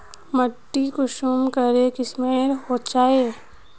माटी कुंसम करे किस्मेर होचए?